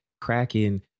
cracking